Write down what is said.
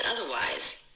otherwise